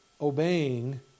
obeying